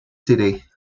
city